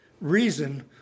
reason